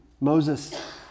Moses